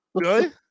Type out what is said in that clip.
Good